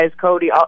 Cody